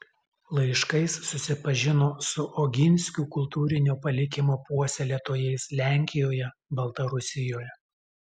laiškais susipažino su oginskių kultūrinio palikimo puoselėtojais lenkijoje baltarusijoje